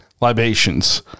libations